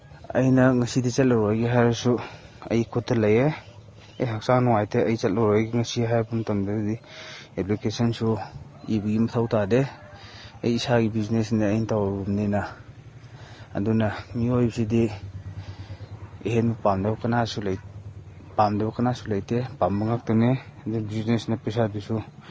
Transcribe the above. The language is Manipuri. ꯑꯩꯅ ꯉꯁꯤꯗꯤ ꯆꯠꯂꯔꯣꯏꯒꯦ ꯍꯥꯏꯔꯁꯨ ꯑꯩ ꯈꯨꯠꯇ ꯂꯩꯌꯦ ꯑꯩ ꯍꯛꯆꯥꯡ ꯅꯨꯡꯉꯥꯏꯇꯦ ꯑꯩ ꯆꯠꯂꯔꯣꯏꯒꯦ ꯉꯁꯤ ꯍꯥꯏꯔꯛꯄ ꯃꯇꯝꯗꯗꯤ ꯑꯦꯄ꯭ꯂꯤꯀꯦꯁꯟꯁꯨ ꯏꯕꯒꯤ ꯃꯊꯧ ꯇꯥꯗꯦ ꯑꯩ ꯏꯁꯥꯒꯤ ꯕꯤꯖꯤꯅꯦꯁꯅꯤꯅ ꯑꯩꯅ ꯇꯧꯔꯨꯕꯅꯤꯅ ꯑꯗꯨꯅ ꯃꯤꯑꯣꯏꯕꯁꯤꯗꯤ ꯑꯍꯦꯟꯕ ꯄꯥꯝꯗꯕ ꯀꯅꯥꯁꯨ ꯄꯥꯝꯗꯕ ꯀꯅꯥꯁꯨ ꯂꯩꯇꯦ ꯄꯥꯝꯕ ꯉꯥꯛꯇꯅꯦ ꯑꯗꯨꯅ ꯕꯤꯖꯤꯅꯦꯁꯅ ꯄꯩꯁꯥꯗꯨꯁꯨ